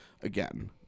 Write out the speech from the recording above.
again